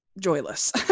joyless